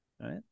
right